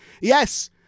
yes